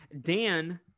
Dan